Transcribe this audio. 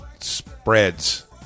spreads